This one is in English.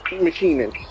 machining